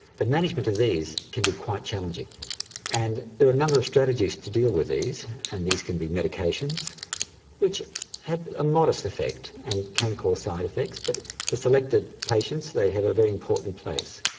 the management of these can be quite challenging and there are a number of strategies to deal with these and these can be medications which have a modest affect and can cause side effects but for selected patients they have a very important place.